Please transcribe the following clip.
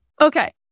Okay